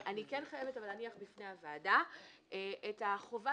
אני חייבת להניח בפני הוועדה את החובה